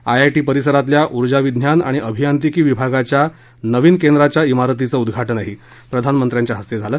IIT परिसरातल्या ऊर्जा विज्ञान आणि अभियांत्रिकी विभागाच्या नवीन केंद्राच्या श्रीरतीचं उद्घाटनही प्रधानमंत्र्यांच्या हस्ते झालं